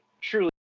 truly